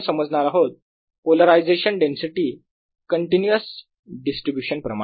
आपण समजणार आहोत पोलरायझेशन डेन्सिटी कंटीन्यूअस डिस्ट्रीब्यूशन प्रमाणे